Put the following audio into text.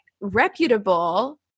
reputable